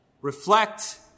reflect